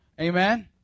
Amen